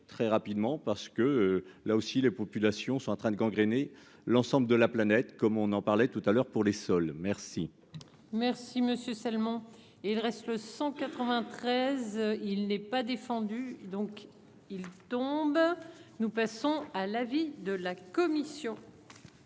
très rapidement parce que, là aussi, les populations sont en train de gangréner l'ensemble de la planète, comme on en parlait tout à l'heure pour les sols merci. Merci monsieur seulement et il reste le 193, il n'est pas défendu, donc il tombent, nous passons à l'avis de la commission.